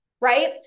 right